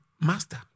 Master